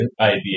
idea